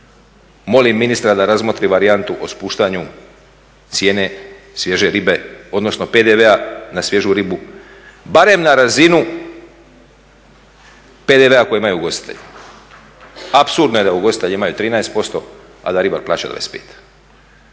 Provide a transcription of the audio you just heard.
molim ministra da razmotri varijantu o spuštanju cijene svježe ribe, odnosno PDV-a na svježu ribu barem na razinu PDV-a kojega imaju ugostitelji. Apsurdno je da ugostitelji imaju 13% a da ribar plaća 15%.